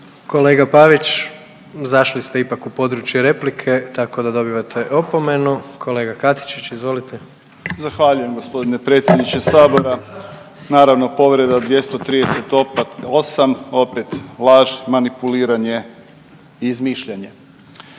Kolega Pavić zašli ste ipak u područje replike, tako da dobivate opomenu. Kolega Katičić izvolite. **Katičić, Krunoslav (HDZ)** Zahvaljujem g. predsjedniče sabora. Naravno povreda 238., opet laž, manipuliranje i izmišljanje.